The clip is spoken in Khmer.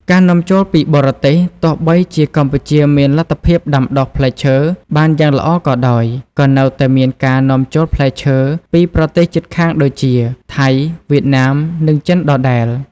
ការនាំចូលពីបរទេសទោះបីជាកម្ពុជាមានលទ្ធភាពដាំដុះផ្លែឈើបានយ៉ាងល្អក៏ដោយ ក៏នៅតែមានការ នាំចូលផ្លែឈើ ពីប្រទេសជិតខាងដូចជា ថៃ វៀតណាម និងចិនដដែល។